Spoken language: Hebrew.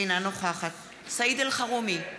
אינה נוכחת סעיד אלחרומי,